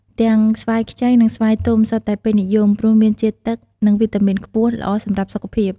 ទាំងស្វាយខ្ចី និងស្វាយទុំ សុទ្ធតែពេញនិយម ព្រោះមានជាតិទឹក និងវីតាមីនខ្ពស់ ល្អសម្រាប់សុខភាព។